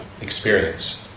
experience